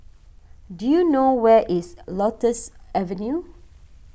do you know where is Lotus Avenue